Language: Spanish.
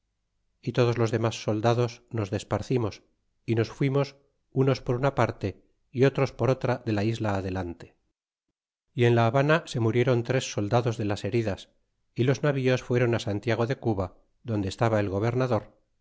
y todos los damas soldados nos desparcimos y nos fuimos unos por una parte y otros por otra de la isla adelante y en la habana se murieron tres soldados de las heridas y los navíos fueron santiago de cuba donde estaba el gobernador